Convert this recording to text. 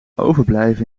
overblijven